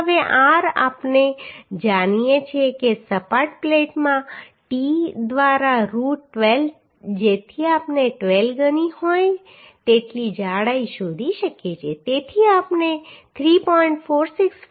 હવે r આપણે જાણીએ છીએ કે સપાટ પ્લેટ માટે t દ્વારા રૂટ 12 જેથી આપણે 12 ગણી હોય તેટલી જાડાઈ શોધી શકીએ તેથી આપણે 3